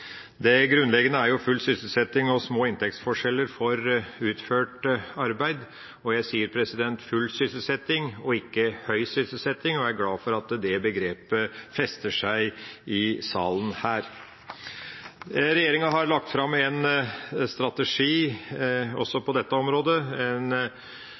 Det grunnleggende er full sysselsetting og små inntektsforskjeller for utført arbeid, og jeg sier «full sysselsetting» og ikke «høy sysselsetting» og er glad for at det begrepet fester seg her i salen. Regjeringa har lagt fram en strategi også på dette området,